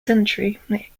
century